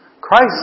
Christ